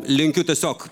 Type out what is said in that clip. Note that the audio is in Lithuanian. linkiu tiesiog